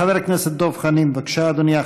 חבר הכנסת דב חנין, בבקשה, אדוני.